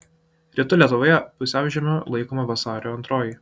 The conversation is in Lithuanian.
rytų lietuvoje pusiaužiemiu laikoma vasario antroji